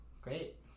Great